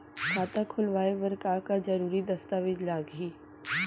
खाता खोलवाय बर का का जरूरी दस्तावेज लागही?